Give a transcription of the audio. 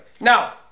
now